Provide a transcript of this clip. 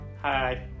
hi